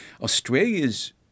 Australia's